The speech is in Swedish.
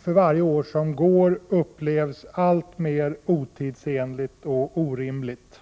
för varje år som går upplevs som alltmer otidsenligt och orimligt.